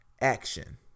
action